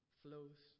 flows